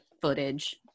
footage